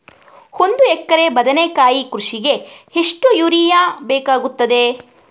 ಒಂದು ಎಕರೆ ಬದನೆಕಾಯಿ ಕೃಷಿಗೆ ಎಷ್ಟು ಯೂರಿಯಾ ಬೇಕಾಗುತ್ತದೆ?